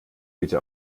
bitte